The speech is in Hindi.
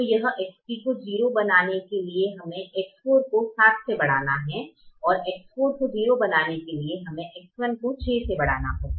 तो यह X3 को 0 बनाने के लिए हमें X4 को 7 से बढ़ाना है ओर X4 को 0 बनाने के लिए हमें X1 को 6 तक बढ़ाना होगा